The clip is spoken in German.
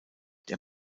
der